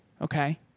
okay